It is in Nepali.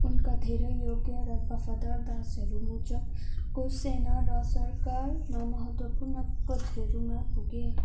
उनका धेरै योग्य र वफादार दासहरू मुज्जको सेना र सरकारमा महत्त्वपूर्ण पदहरूमा पुगे